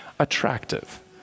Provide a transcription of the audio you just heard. attractive